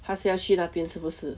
它是要去那边是不是